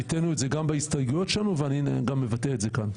וביטאנו את זה גם בהסתייגויות שלנו ואני גם מבטא את זה כאן.